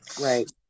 Right